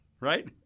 Right